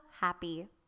happy